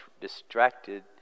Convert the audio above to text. distracted